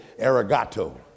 arigato